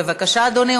בבקשה, אדוני.